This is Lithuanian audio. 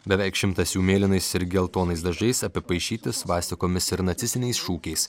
beveik šimtas jų mėlynais ir geltonais dažais apipaišyti svastikomis ir nacistiniais šūkiais